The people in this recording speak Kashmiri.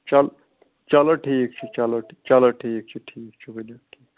چل چلو ٹھیٖک چھُ چلو چلو ٹھیٖک چھُ ٹھیٖک چھُ ؤلِو ٹھیٖک